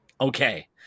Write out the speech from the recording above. Okay